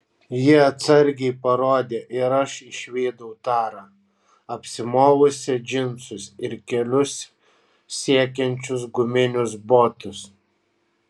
ji atsargiai parodė ir aš išvydau tarą apsimovusią džinsus ir kelius siekiančius guminius botus